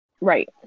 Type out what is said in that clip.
Right